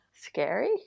scary